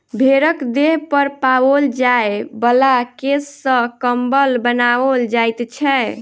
भेंड़क देह पर पाओल जाय बला केश सॅ कम्बल बनाओल जाइत छै